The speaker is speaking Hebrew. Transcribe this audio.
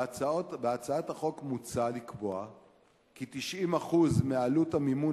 בהצעת החוק מוצע לקבוע כי 90% מעלות המימון